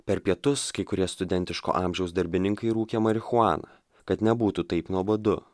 per pietus kai kurie studentiško amžiaus darbininkai rūkė marihuaną kad nebūtų taip nuobodu